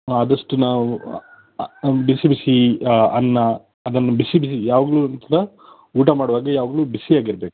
ಆದಷ್ಟು ನಾವು ಬಿಸಿ ಬಿಸಿ ಅನ್ನ ಅದನ್ನು ಬಿಸಿ ಬಿಸಿ ಯಾವಾಗಲೂ ಕೂಡ ಊಟ ಮಾಡುವಾಗ ಯಾವಾಗಲೂ ಬಿಸಿಯಾಗಿರಬೇಕು